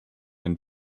and